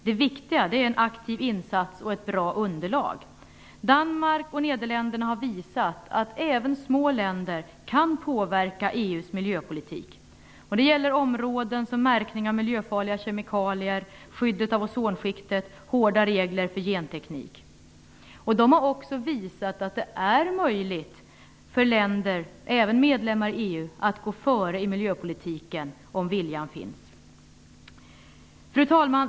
Det viktiga är en aktiv insats och ett bra underlag. Danmark och Nederländerna har visat att även små länder kan påverka EU:s miljöpolitik. Det gäller områden som märkning av miljöfarliga kemikalier, skyddet av ozonskiktet, hårda regler för genteknik. De har också visat att det är möjligt för länder, även medlemmar i EU, att gå före i miljöpolitiken, om viljan finns. Fru talman!